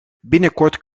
binnenkort